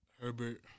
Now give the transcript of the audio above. Herbert